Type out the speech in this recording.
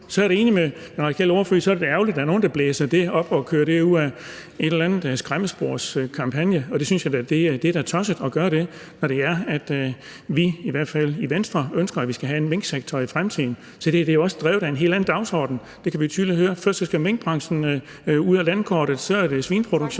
Så er jeg enig med den radikale ordfører i, at det da er ærgerligt, at der er nogle, der blæser det op og kører det ud i en eller anden skræmmekampagne, og det synes jeg da er tosset at gøre, når vi, i hvert fald i Venstre, ønsker, at vi skal have en minksektor i fremtiden. Så det her er også drevet af en helt anden dagsorden. Det kan vi tydeligt høre. Først skal minkbranchen ud af landkortet. Næste gang er det svineproduktionen,